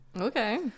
Okay